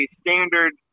standard